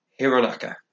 Hironaka